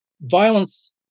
violence